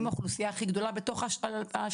הם האוכלוסייה הכי גדולה בתוך ה-6,000?